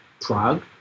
Prague